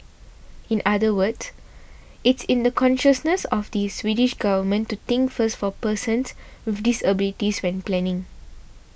in other words it's in the consciousness of the Swedish government to think first for persons with disabilities when planning